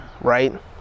right